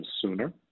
sooner